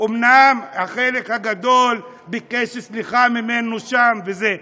אומנם החלק הגדול ביקש סליחה ממנו שם, וזה.